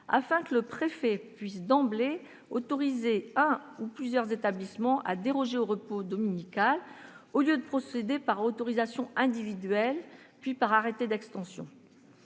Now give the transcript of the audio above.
afin que le préfet puisse d'emblée autoriser un ou plusieurs établissements à déroger au repos dominical, au lieu de procéder par autorisation individuelle, puis par arrêté d'extension.